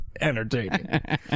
entertaining